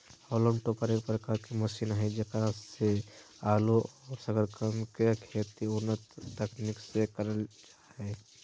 haulm topper एक प्रकार के मशीन हई जेकरा से आलू और सकरकंद के खेती उन्नत तकनीक से करल जा हई